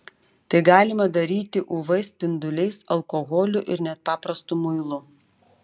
tai galima daryti uv spinduliais alkoholiu ir net paprastu muilu